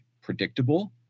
predictable